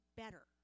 better